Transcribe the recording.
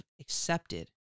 accepted